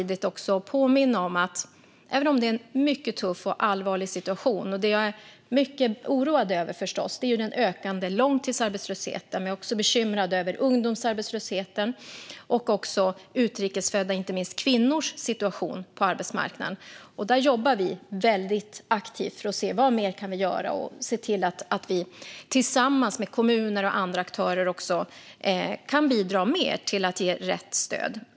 Det är en tuff och allvarlig situation, och jag är förstås oroad över den ökande långtidsarbetslösheten, ungdomsarbetslösheten och utrikes födda kvinnors situation på arbetsmarknaden. Här jobbar vi aktivt för att se vad vi mer kan göra tillsammans med kommuner och andra aktörer för att bidra mer till att ge rätt stöd.